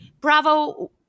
Bravo